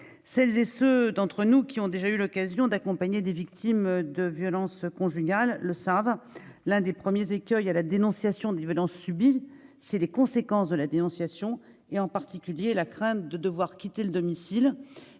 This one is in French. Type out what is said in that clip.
Celles et ceux d'entre nous qui ont déjà eu l'occasion d'accompagner des victimes de violences conjugales le savent : l'un des premiers écueils à la dénonciation des violences subies est la crainte des conséquences de cette dénonciation, en particulier le fait de devoir quitter le domicile